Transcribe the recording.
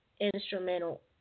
instrumental